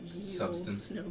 substance